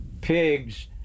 pigs